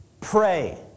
pray